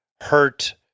hurt